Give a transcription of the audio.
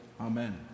amen